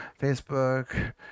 Facebook